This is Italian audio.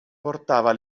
portava